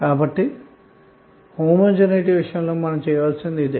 కాబట్టి సజాతీయత విషయంలో మనం చేయవలసినది ఇదే